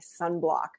sunblock